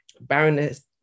Baroness